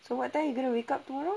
so what time you gonna wake up tomorrow